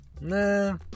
Nah